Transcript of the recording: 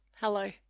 Hello